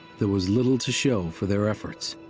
there was little to show for their efforts.